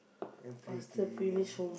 and play game